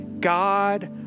God